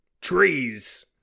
trees